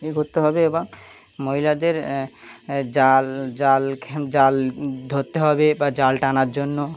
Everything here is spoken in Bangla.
কী করতে হবে এবং মহিলাদের জাল জাল জাল ধত্তে হবে বা জাল টানার জন্য